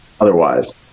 otherwise